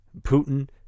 Putin